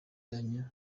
yanyu